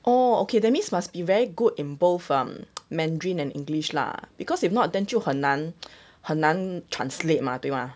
oh okay that means must be very good in both um mandarin and english lah because if not then 就很难很难 translate mah 对吗